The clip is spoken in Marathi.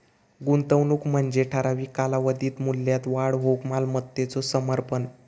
गुंतवणूक म्हणजे ठराविक कालावधीत मूल्यात वाढ होऊक मालमत्तेचो समर्पण